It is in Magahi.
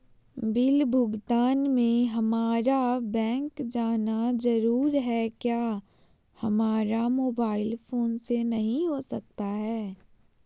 बिल भुगतान में हम्मारा बैंक जाना जरूर है क्या हमारा मोबाइल फोन से नहीं हो सकता है?